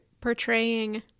portraying